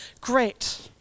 Great